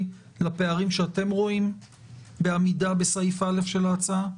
ולפערים שאתם רואים בעמידה בסעיף א' של ההצעה?